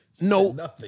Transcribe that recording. No